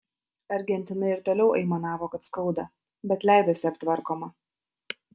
argentina ir toliau aimanavo kad skauda bet leidosi aptvarkoma